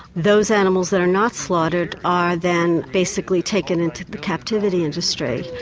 those animals that are not slaughtered are then basically taken into the captivity industry.